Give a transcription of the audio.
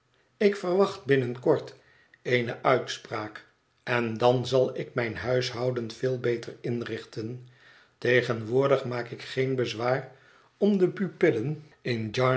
ik verwacht binnen kort eene uitspraak en dan zal ik mijn huishouden veel beter inrichten tegenwoordig maak ik geen bezwaar om de pupillen in